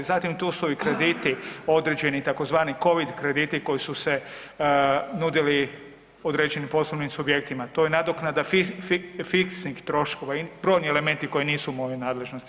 Zatim tu su i krediti određeni tzv. COVID krediti koji su se nudili određenim poslovnim subjektima, to je nadoknada fiksnih troškova i brojni elementi koji nisu u mojoj nadležnosti.